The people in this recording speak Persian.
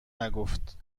نگفت